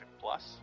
plus